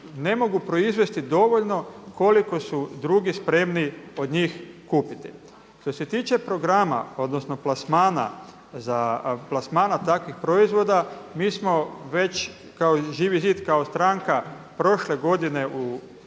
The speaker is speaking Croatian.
ne mogu proizvesti dovoljno koliko su drugi spremni od njih kupiti. Što se tiče programa, odnosno plasmana za plasmane takvih proizvoda mi smo već kao Živi zid kao stranka prošle godine u,